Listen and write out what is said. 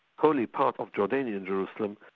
holy part of jordanian jerusalem,